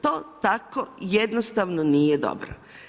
To tako jednostavno nije dobro.